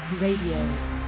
Radio